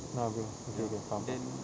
ya bro copy the faham